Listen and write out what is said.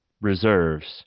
reserves